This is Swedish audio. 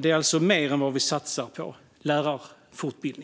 Det är mer än vi satsar på lärarfortbildning.